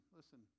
listen